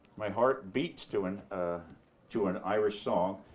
my heart beats to an ah to an irish song.